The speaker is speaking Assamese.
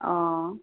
অঁ